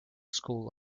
school